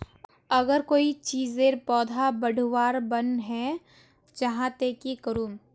अगर कोई चीजेर पौधा बढ़वार बन है जहा ते की करूम?